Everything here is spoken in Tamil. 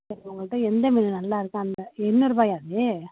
சரி உங்கள்ட்ட எந்த மீன் நல்லாயிருக்கோ அந்த எண்ணூறுரூபாயா அது